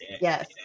yes